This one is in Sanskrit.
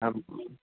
आम्